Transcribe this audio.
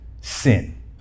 sin